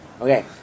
Okay